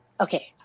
okay